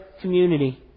community